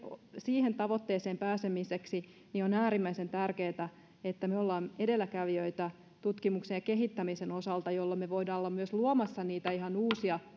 siihen tavoitteeseen pääsemiseksi on äärimmäisen tärkeätä että me olemme edelläkävijöitä tutkimuksen ja kehittämisen osalta jolloin me voimme olla myös luomassa niitä ihan uusia